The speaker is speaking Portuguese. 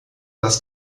das